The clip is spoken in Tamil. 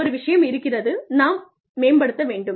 ஒரு விஷயம் இருக்கிறது நாம் மேம்படுத்த வேண்டும்